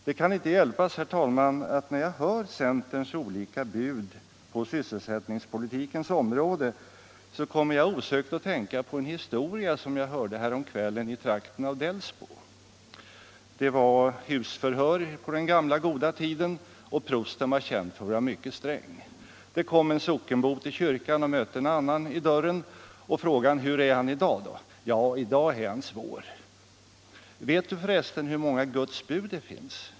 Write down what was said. Det kan inte hjälpas, herr talman, att när jag hör centerns olika bud på sysselsättningspolitikens område kommer jag att tänka på en historia som jag hörde häromkvällen i trakten av Delsbo. Det var husförhör på den gamla goda tiden, och pastorn var känd för att vara mycket sträng. Det kom en sockenbo till kyrkan. Han mötte en bekant i dörren och frågade: Hur är han i dag då? — Jo, i dag är han svår. Vet du för resten hur många Guds bud det finns?